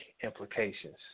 implications